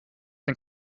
den